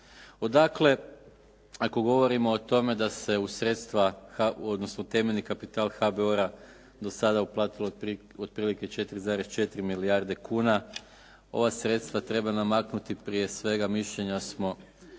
Dakle, ako govorimo o tome da se u temeljni kapital HBOR-a do sada uplatilo otprilike 4,4 milijarde kuna ova sredstva treba namaknuti prije svega mišljenja smo